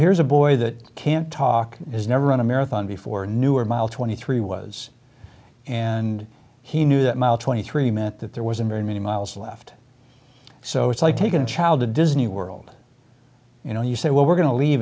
here's a boy that can't talk has never run a marathon before newer mile twenty three was and he knew that mile twenty three meant that there was a very many miles left so it's like taking a child to disney world you know you say well we're going to leave